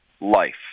life